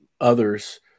others